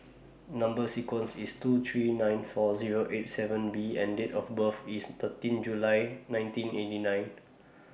Number sequence IS T two three nine four Zero eight seven B and Date of birth IS thirteen July nineteen eighty nine